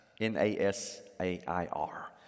N-A-S-A-I-R